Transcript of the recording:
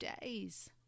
days